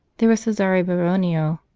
there was cesare baronio,